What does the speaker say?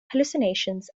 hallucinations